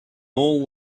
all